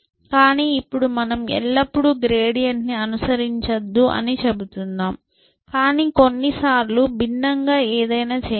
కానీ ఇప్పుడు మనం ఎల్లప్పుడూ గ్రేడియంట్ ని అనుసరించద్దు అని చెబుతున్నాం కానీ కొన్నిసార్లు భిన్నంగా ఏదైనా చేయాలి